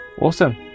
Awesome